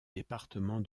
département